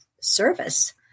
service